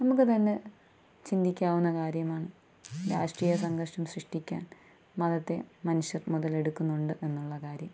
നമുക്ക് തന്നെ ചിന്തിക്കാവുന്ന കാര്യമാണ് രാഷ്ട്രീയ സംഘർഷം സൃഷ്ടിക്കാൻ മതത്തെ മനുഷ്യർ മുതലെടുക്കുന്നുണ്ട് എന്നുള്ള കാര്യം